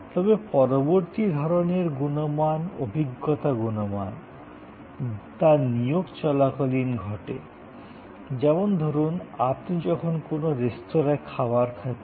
তবে পরবর্তী ধরণের গুণমান যাকে আমরা অভিজ্ঞতা গুণমান বলবো তা পরিষেবার নিয়োগ চলাকালীন ঘটে যেমন ধরুন আপনি যখন কোনও রেস্তোঁরায় খাবার খাচ্ছেন